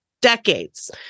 decades